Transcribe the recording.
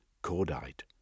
Cordite